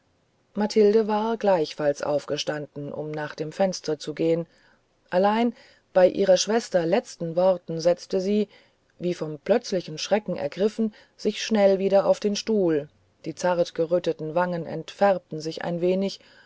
mathilde war gleichfalls aufgestanden um nach dem fenster zu gehen allein bei ihrer schwester letzten worten setzte sie wie vom plötzlichen schreck ergriffen sich schnell wieder auf den stuhl die zart geröteten wangen entfärbten sich ein wenig